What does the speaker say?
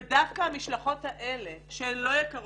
ודווקא המשלחות האלה שהן לא יקרות,